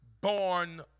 born